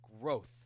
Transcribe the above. growth